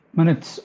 minutes